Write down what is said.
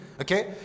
Okay